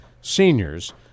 seniors